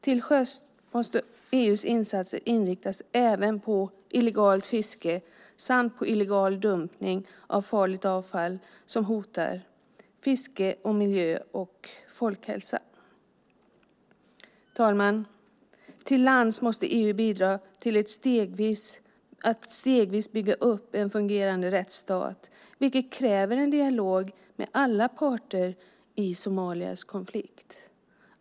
Till sjöss måste EU:s insatser inriktas även på illegalt fiske samt på illegal dumpning av farligt avfall som hotar fiske, miljö och folkhälsa. Herr talman! Till lands måste EU bidra till att stegvis bygga upp en fungerande rättsstat, vilket kräver en dialog med alla parter i Somalias konflikt.